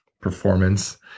performance